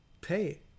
pay